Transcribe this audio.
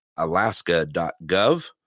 Alaska.gov